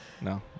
No